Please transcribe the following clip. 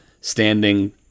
standing